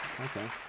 okay